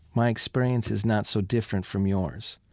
my experience is not so different from yours,